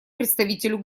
представителю